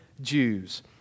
Jews